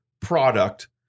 product